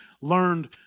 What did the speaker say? learned